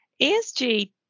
ESG